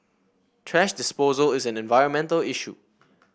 thrash disposal is an environmental issue